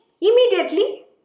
immediately